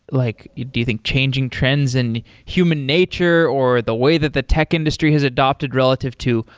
like do you think changing trends and human nature, or the way that the tech industry has adopted relative to,